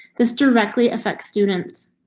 this directly affect students.